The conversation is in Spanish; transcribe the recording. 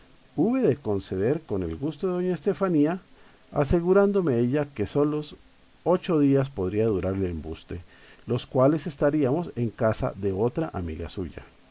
de condecender con el gusto de doña estefanía asegurándome ella que solos ocho días podía durar el embuste los cuales estaríamos en casa de otra amiga suya